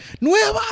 Nueva